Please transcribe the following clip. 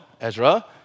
Ezra